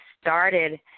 started